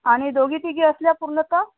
आणि दोघी तिघी असल्या पूर्ण तर